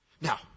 Now